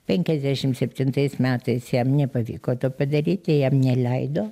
penkiasdešim septintais metais jam nepavyko to padaryti jam neleido